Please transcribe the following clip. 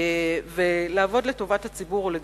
בשביל הציבור אנחנו עובדים,